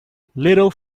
little